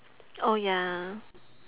oh ya